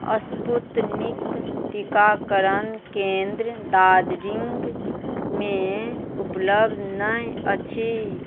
Sputnik टीकाकरण केन्द्र दार्जिलिङ्गमे उपलब्ध नहि अछि